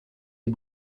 des